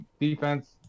defense